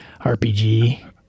RPG